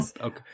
Okay